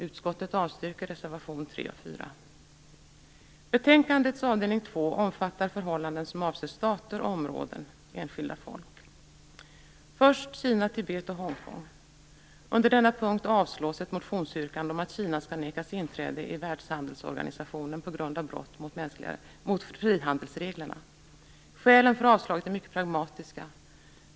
Utskottet avstyrker reservation 3 och 4. Betänkandets avdelning två omfattar förhållanden som avser stater, områden och enskilda folk. Först gäller det Kina, Tibet och Hongkong. Under denna punkt avstyrks ett motionsyrkande om att Kina skall nekas inträde i Världshandelsorganisationen på grund av brott mot frihandelsreglerna. Skälen för avstyrkandet är mycket pragmatiska.